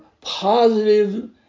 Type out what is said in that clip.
positive